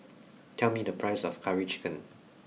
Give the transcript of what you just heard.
tell me the price of Curry Chicken